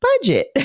budget